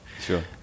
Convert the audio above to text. Sure